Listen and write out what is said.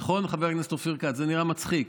נכון, חבר הכנסת אופיר כץ, זה נראה מצחיק?